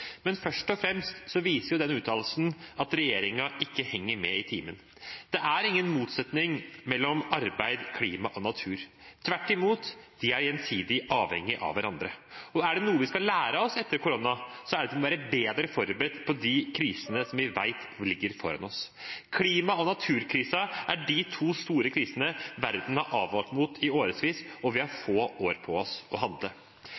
men først og fremst viser denne uttalelsen at regjeringen ikke henger med i timen. Det er ingen motsetning mellom arbeid, klima og natur. Tvert imot er de gjensidig avhengig av hverandre. Er det noe vi skal lære oss etter korona, er det at vi må være bedre forberedt på de krisene vi vet ligger foran oss. Klimakrisen og naturkrisen er de to store krisene verden har advart mot i årevis, og vi har få år på oss til å handle.